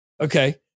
Okay